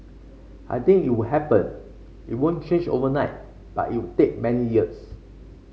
I think it would happen it won't change overnight but it would take many years